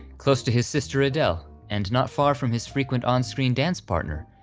close to his sister adele and not far from his frequent on-screen dance partner,